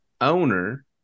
owner